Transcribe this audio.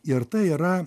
ir tai yra